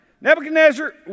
Nebuchadnezzar